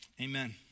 Amen